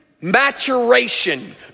maturation